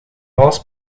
vals